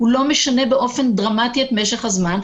הוא לא משנה באופן דרמטי את משך הזמן.